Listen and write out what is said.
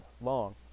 long